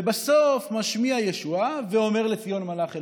ובסוף משמיע ישועה ואומר לציון מלך אלוהייך?